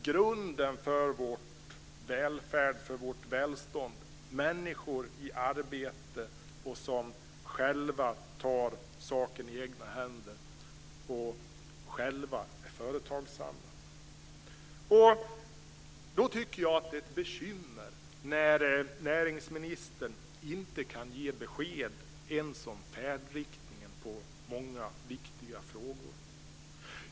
Grunden för vår välfärd, för vårt välstånd, är människor i arbete som tar saker i egna händer och själva är företagsamma. Då tycker jag att det är ett bekymmer när näringsministern inte kan ge besked ens om färdriktningen på många viktiga frågor.